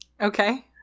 Okay